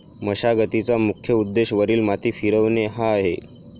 मशागतीचा मुख्य उद्देश वरील माती फिरवणे हा आहे